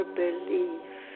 belief